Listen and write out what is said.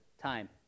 time